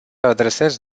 adresez